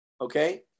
okay